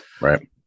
Right